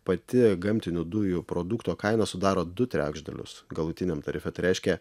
pati gamtinių dujų produkto kaina sudaro du trečdalius galutiniam tarife tai reiškia